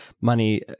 money